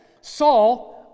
Saul